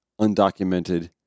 undocumented